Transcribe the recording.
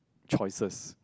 choices